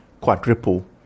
quadruple